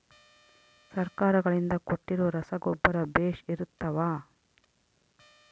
ಸರ್ಕಾರಗಳಿಂದ ಕೊಟ್ಟಿರೊ ರಸಗೊಬ್ಬರ ಬೇಷ್ ಇರುತ್ತವಾ?